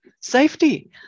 Safety